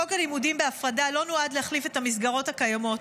חוק הלימודים בהפרדה לא נועד להחליף את המסגרות הקיימות,